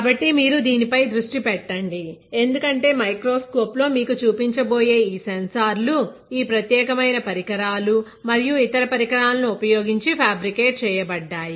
కాబట్టి మీరు దీని పై దృష్టి పెట్టండి ఎందుకంటే మైక్రోస్కోప్ లో మీకు చూపించబోయే ఈ సెన్సార్లు ఈ ప్రత్యేకమైన పరికరాలు మరియు ఇతర పరికరాలను ఉపయోగించి ఫ్యాబ్రికేట్ చేయబడ్డాయి